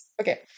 Okay